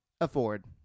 afford